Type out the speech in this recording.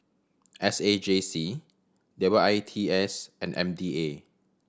S A J C W I T S and M D A